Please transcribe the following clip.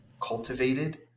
cultivated